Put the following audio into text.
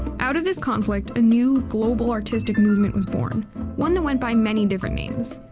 out of this conflict, a new global artistic movement was born one that went by many different names.